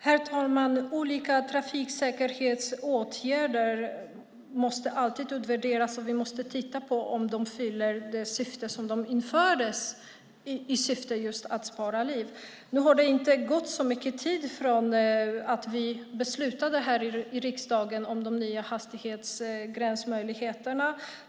Herr talman! Olika trafiksäkerhetsåtgärder måste alltid utvärderas. Vi måste titta på om de fyller sitt syfte att just spara liv. Nu har det inte gått så mycket tid sedan vi beslutade här i riksdagen om de nya hastighetsgränsmöjligheterna.